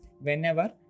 whenever